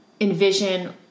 envision